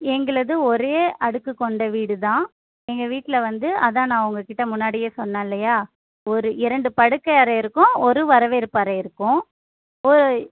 எங்களது ஒரே அடுக்கு கொண்ட வீடு தான் எங்கள் வீட்டில் வந்து அதுதான் நான் உங்கள்கிட்ட முன்னாடியே சொன்னேல்லையா ஒரு இரண்டு படுக்கை அறை இருக்கும் ஒரு வரவேற்பு அறை இருக்கும் ஒரு